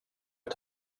jag